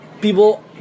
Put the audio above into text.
people